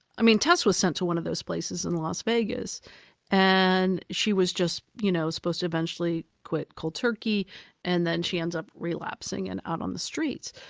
i mean tess was sent to one of those places in las vegas and she was just you know supposed to eventually quit cold turkey and then she ends up relapsing and out on the streets.